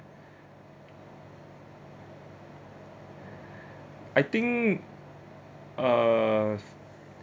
I think uh